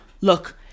look